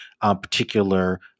particular